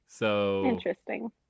Interesting